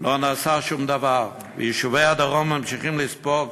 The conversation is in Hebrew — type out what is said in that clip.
לא נעשה שום דבר, ויישובי הדרום ממשיכים לספוג